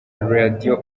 radio